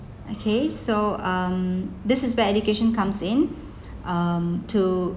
okay so um this is bad education comes in um too